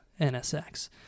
NSX